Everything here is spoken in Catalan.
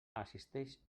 assisteix